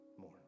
more